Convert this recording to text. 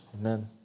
amen